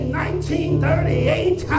1938